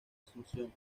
asunción